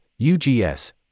UGS